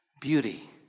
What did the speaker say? Beauty